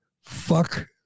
Fuck